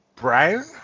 Brown